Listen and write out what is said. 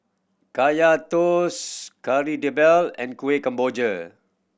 Kaya Toast Kari Debal and Kuih Kemboja